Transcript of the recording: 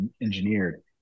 engineered